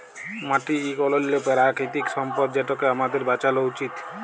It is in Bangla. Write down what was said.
মাটি ইক অলল্য পেরাকিতিক সম্পদ যেটকে আমাদের বাঁচালো উচিত